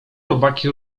robaki